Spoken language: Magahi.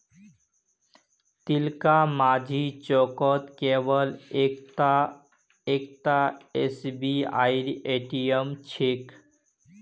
तिलकमाझी चौकत केवल एकता एसबीआईर ए.टी.एम छेक